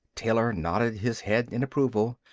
taylor nodded his head in approval.